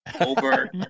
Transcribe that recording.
over